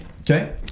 okay